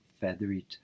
feathery